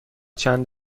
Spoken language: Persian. چند